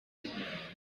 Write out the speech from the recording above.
knit